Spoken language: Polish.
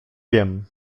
wiem